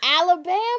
Alabama